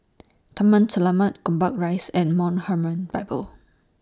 Taman Selamat Gombak Rise and Mount Hermon Bible